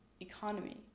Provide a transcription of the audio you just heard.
Economy